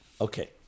Okay